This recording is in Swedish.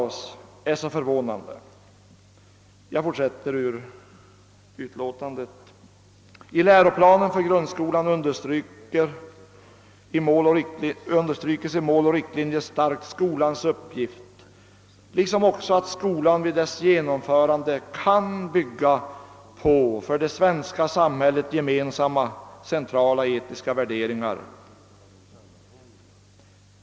I referatet av skolöverstyrelsens yttrande heter det vidare: »I läroplanen för grundskolan understryks i Mål och riktlinjer starkt skolans uppgift, liksom också att skolan vid dess genomförande kan bygga på för det svenska samhället gemensamma centrala etiska värderingar.